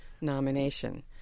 nomination